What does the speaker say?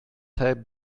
help